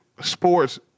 sports